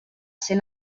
ser